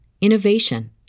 innovation